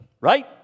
right